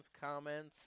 comments